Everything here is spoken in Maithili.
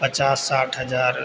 पचास साठि हजार